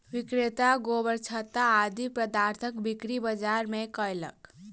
विक्रेता गोबरछत्ता आदि पदार्थक बिक्री बाजार मे कयलक